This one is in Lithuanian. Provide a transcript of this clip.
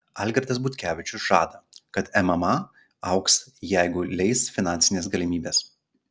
algirdas butkevičius žada kad mma augs jeigu leis finansinės galimybės